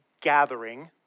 gathering